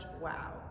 wow